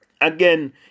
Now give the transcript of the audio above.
Again